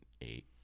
eight